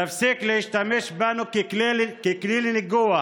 תפסיק להשתמש בנו ככלי ניגוח